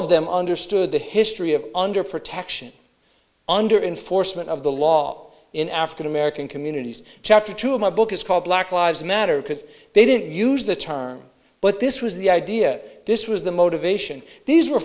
of them understood the history of under protection under enforcement of the law in african american communities chapter two of my book is called black lives matter because they didn't use the term but this was the idea this was the motivation these were